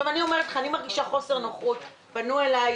אני מרגישה חוסר נוחות פנו אליי